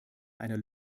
einer